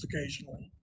occasionally